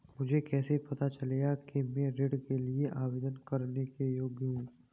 मुझे कैसे पता चलेगा कि मैं ऋण के लिए आवेदन करने के योग्य हूँ?